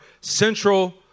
central